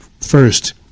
first